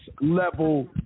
level